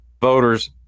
voters